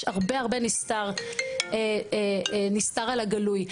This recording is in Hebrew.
יש הרבה נסתר על הגלוי.